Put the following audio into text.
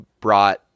brought